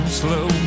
slow